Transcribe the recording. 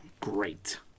Great